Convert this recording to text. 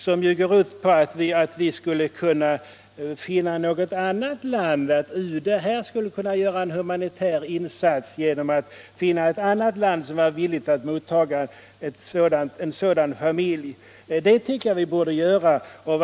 som ju går ut på att UD här i Sverige skulle kunna göra en humanitär insats genom att finna ett annat land som vore villigt att mottaga en sådan familj. Det tycker jag borde göras.